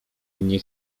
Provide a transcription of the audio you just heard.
mnie